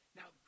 now